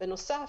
בנוסף,